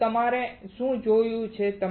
તો આપણે શું જોયું છે